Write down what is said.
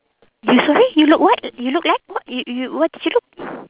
you sorry you look what you look like what you you what did you do